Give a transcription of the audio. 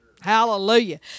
Hallelujah